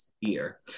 year